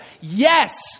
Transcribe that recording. Yes